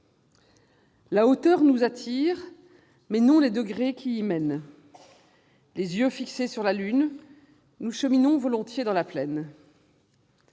La hauteur nous attire, mais non les degrés qui y mènent ; les yeux fixés sur la lune, nous cheminons volontiers dans la plaine.